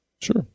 sure